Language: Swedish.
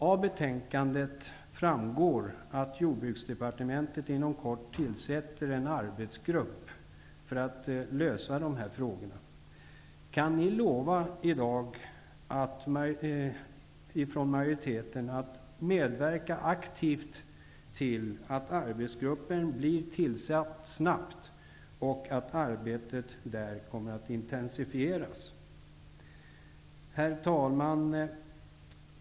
Av betänkandet framgår att Jordbruksdepartementet inom kort tillsätter en arbetsgrupp för att lösa dessa frågor. Kan utskottsmajoriteten lova att man aktivt skall medverka till att arbetsgruppen blir tillsatt snabbt och att arbetet där kommer att intensifieras? Herr talman!